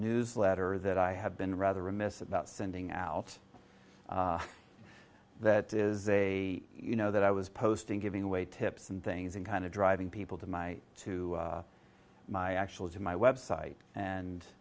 newsletter that i have been rather remiss about sending out that is a you know that i was posting giving away tips and things and kind of driving people to my to my actual to my website and